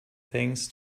things